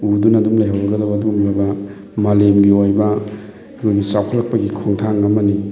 ꯎꯗꯨꯅ ꯑꯗꯨꯝ ꯂꯩꯍꯧꯔꯒꯗꯕ ꯑꯗꯨꯒꯨꯝꯂꯕ ꯃꯥꯂꯦꯝꯒꯤ ꯑꯣꯏꯕ ꯑꯩꯈꯣꯏꯒꯤ ꯆꯥꯎꯈꯠꯂꯛꯄꯒꯤ ꯈꯣꯡꯊꯥꯡ ꯑꯃꯅꯤ